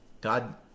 God